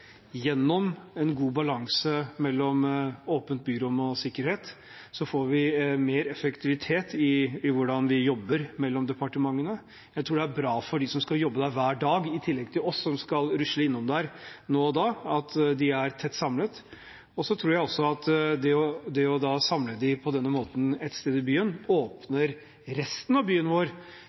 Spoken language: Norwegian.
gjennom en god balanse mellom åpent byrom og sikkerhet får vi mer effektivitet i hvordan vi jobber mellom departementene. Jeg tror det er bra for dem som skal jobbe der hver dag, i tillegg til oss som skal rusle innom der nå og da, at de er tett samlet. Så tror jeg også at det å samle dem på denne måten ett sted i byen åpner resten av byen vår